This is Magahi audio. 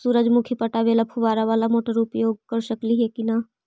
सुरजमुखी पटावे ल फुबारा बाला मोटर उपयोग कर सकली हे की न?